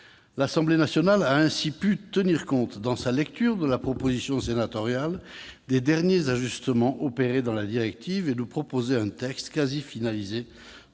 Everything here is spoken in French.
L'Assemblée nationale a ainsi pu tenir compte, lors de sa lecture de la proposition sénatoriale, des derniers ajustements opérés dans la directive et nous proposer un texte quasi finalisé